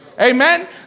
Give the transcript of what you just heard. Amen